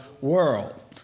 world